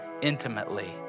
intimately